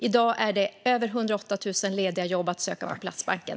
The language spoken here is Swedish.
I dag finns det över 108 000 lediga jobb att söka på Platsbanken.